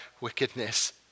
wickedness